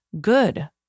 good